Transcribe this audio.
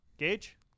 Gage